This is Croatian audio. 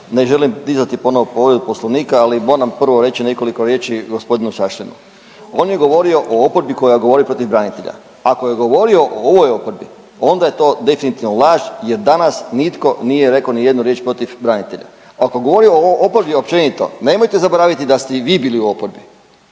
ne želim dizati ponovno povredu Poslovnika, ali moram prvo reći nekoliko riječi gospodinu Šašlini. On je govorio o oporbi koja govori protiv branitelja. Ako je govorio o ovoj oporbi onda je to definitivno laž jer danas nitko nije rekao niti jednu riječ protiv branitelja. Ako govori o oporbi općenito, nemojte zaboraviti da ste i vi bili u oporbi